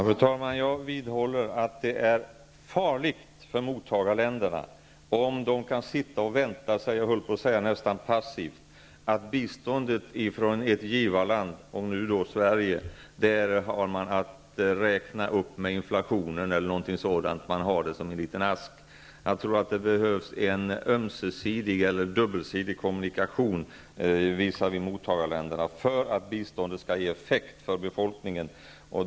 Fru talman! Jag vidhåller att det är farligt för mottagarländerna om de kan sitta nästan passivt och vänta på biståndet från ett givarland, i det här fallet Sverige. Man har bara att räkna upp det med inflationen. Man har det som i en liten ask. Jag tror att det behövs en ömsesidig kommunikation när det gäller mottagarländerna för att biståndet skall ge effekt för befolkningen.